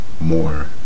more